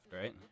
right